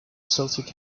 celtic